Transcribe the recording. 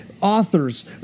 authors